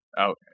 Okay